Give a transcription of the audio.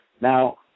Now